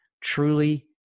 truly